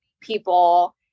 people